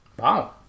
Wow